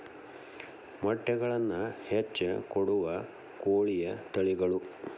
ಮೊಟ್ಟೆಗಳನ್ನ ಹೆಚ್ಚ ಕೊಡುವ ಕೋಳಿಯ ತಳಿಗಳು